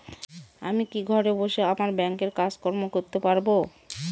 আমি কি ঘরে বসে আমার ব্যাংকের কাজকর্ম করতে পারব?